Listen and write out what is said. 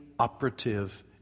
operative